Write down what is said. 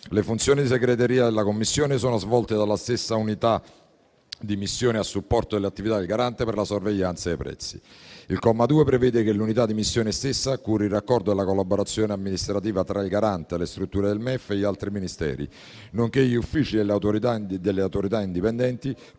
Le funzioni di segreteria della Commissione sono svolte dalla stessa unità di missione a supporto dell'attività del Garante per la sorveglianza dei prezzi. Il comma 2 prevede che l'unità di missione stessa curi il raccordo e la collaborazione amministrativa tra il Garante e le strutture del MEF e degli altri Ministeri, nonché gli uffici delle autorità indipendenti